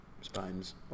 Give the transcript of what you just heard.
spines